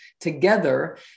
together